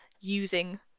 using